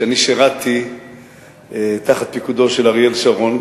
שאני שירתתי תחת פיקודו של אריאל שרון,